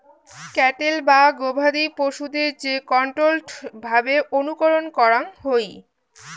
cattle বা গবাদি পশুদের যে কন্ট্রোল্ড ভাবে অনুকরণ করাঙ হই